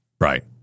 Right